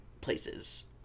places